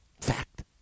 Fact